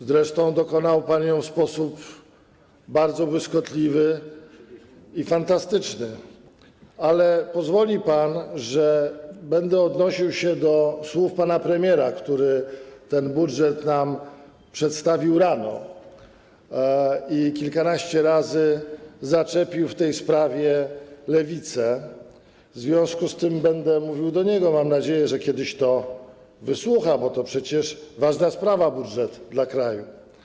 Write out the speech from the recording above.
Zresztą dokonał pan jej w sposób bardzo błyskotliwy i fantastyczny, ale pozwoli pan, że będę odnosił się do słów pana premiera, który ten budżet przedstawił nam rano, i kilkanaście razy zaczepił w tej sprawie Lewicę, w związku z tym będę mówił do niego, mam nadzieję, że kiedyś tego wysłucha, bo to przecież ważna sprawa - budżet kraju.